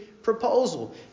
proposal